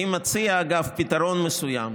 אני מציע, אגב, פתרון מסוים,